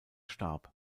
starb